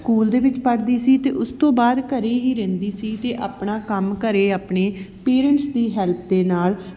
school ਦੇ ਵਿੱਚ ਪੜ੍ਹਦੀ ਸੀ ਅਤੇ ਉਸ ਤੋਂ ਬਾਅਦ ਘਰ ਹੀ ਰਹਿੰਦੀ ਸੀ ਅਤੇ ਆਪਣਾ ਕੰਮ ਘਰ ਆਪਣੇ ਪੇਰੈਂਟਸ ਦੀ ਹੈਲਪ ਦੇ ਨਾਲ